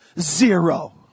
Zero